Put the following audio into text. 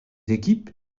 équipes